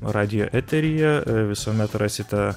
radijo eteryje visuomet rasite